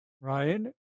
Ryan